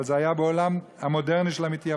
אבל זה היה בעולם המודרני של המתייוונים.